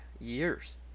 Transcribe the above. years